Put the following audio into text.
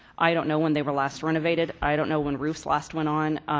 i don't know when they were last renovated. i don't know when roofs last went on.